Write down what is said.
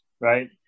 Right